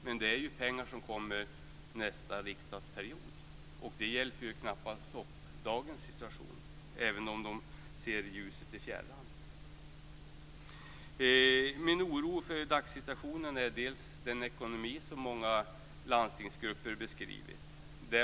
Men det är ju pengar som kommer nästa mandatperiod. Det hjälper ju knappast upp dagens situation även om man ser ljuset i fjärran. Min oro för dagssituationen rör bl.a. den ekonomi som många landstingsgrupper beskrivit.